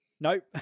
Nope